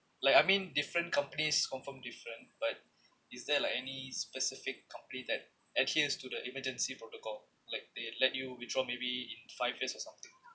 like I mean different companies confirm different but is there like any specific company that adheres to the emergency protocol like they let you withdraw maybe in five years or something